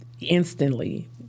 instantly